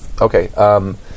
Okay